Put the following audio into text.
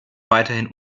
weiterhin